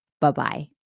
Bye-bye